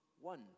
one